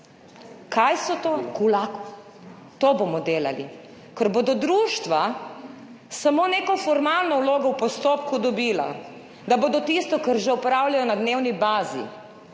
Kaj so to? Kulaki? To bomo delali? Ker bodo društva dobila samo neko formalno vlogo v postopku, da bodo tisto, kar že opravljajo na dnevni bazi,